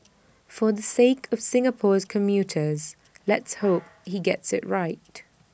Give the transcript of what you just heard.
for the sake of Singapore's commuters let's hope he gets IT right